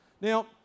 now